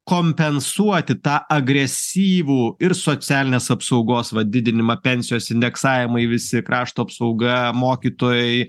kompensuoti tą agresyvų ir socialinės apsaugos vat didinimą pensijos indeksavimai visi krašto apsauga mokytojai